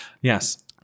yes